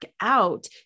out